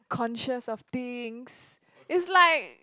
conscious of things it's like